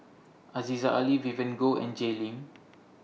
Aziza Ali Vivien Goh and Jay Lim